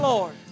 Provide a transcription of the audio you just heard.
Lord